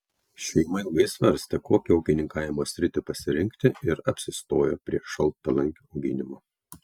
šeima ilgai svarstė kokią ūkininkavimo sritį pasirinkti ir apsistojo prie šaltalankių auginimo